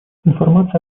информация